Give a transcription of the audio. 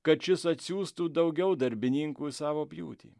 kad šis atsiųstų daugiau darbininkų į savo pjūtį